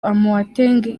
amoateng